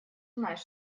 знать